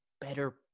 better